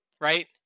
right